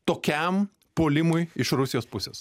tokiam puolimui iš rusijos pusės